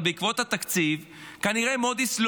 אבל בעקבות התקציב כנראה מוד'יס,